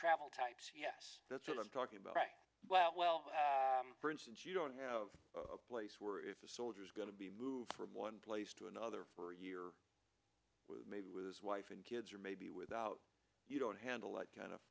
travel types yes that's what i'm talking about well for instance you don't have a place where if a soldier is going to be moved from one place to another for a year maybe with his wife and kids or maybe without you don't handle that kind of